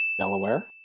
Delaware